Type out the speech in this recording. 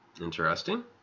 Interesting